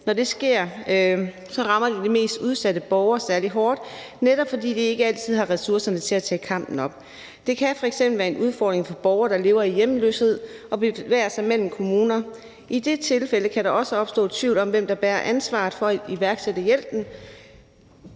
Når det sker, rammer det de mest udsatte borgere særlig hårdt, netop fordi de ikke altid har ressourcerne til at tage kampen op. Det kan f.eks. være en udfordring for borgere, der lever i hjemløshed og bevæger sig mellem kommuner. I de tilfælde kan der også opstå tvivl om, hvem der bærer ansvaret for at iværksætte hjælpen.